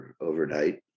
overnight